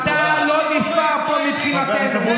אתה לא נספר פה מבחינתנו.